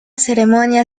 ceremonia